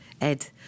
Ed